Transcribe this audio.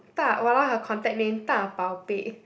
大 !walao! her contact name 大宝贝